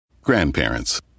Grandparents